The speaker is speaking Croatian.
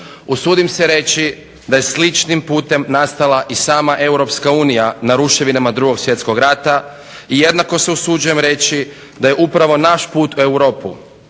Usudim se reći da je sličnim putem nastala i sama Europska unija na ruševinama 2. svjetskog rata i jednako se usuđujem reći da je upravo naš put u Europu